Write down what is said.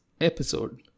episode